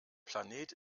planet